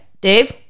Dave